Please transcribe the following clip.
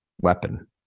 weapon